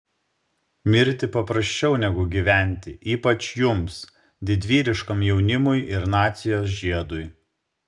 mirti paprasčiau negu gyventi ypač jums didvyriškam jaunimui ir nacijos žiedui